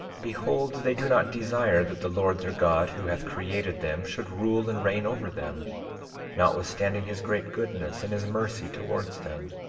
behold, they do not desire that the lord their god, who hath created them, should rule and reign over them notwithstanding his great goodness and his mercy towards them,